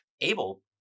Abel